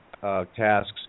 tasks